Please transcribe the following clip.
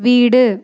வீடு